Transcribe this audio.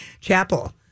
Chapel